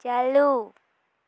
ᱪᱟᱹᱞᱩ